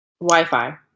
Wi-Fi